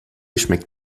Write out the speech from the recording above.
schmeckt